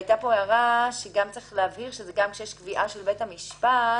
הייתה פה הערה על כך שצריך להבהיר שגם כשיש קביעה של בית המשפט